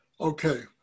Okay